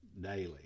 daily